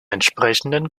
entsprechenden